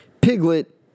Piglet